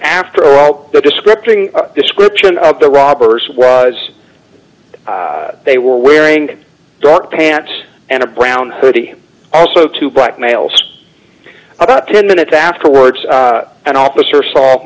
after all the description description of the robbers was they were wearing dark pants and a brown thirty also two black males about ten minutes afterwards an officer saw